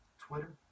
Twitter